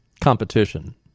competition